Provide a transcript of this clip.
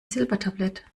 silbertablett